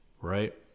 right